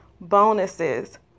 bonuses